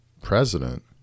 president